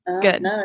Good